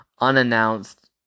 unannounced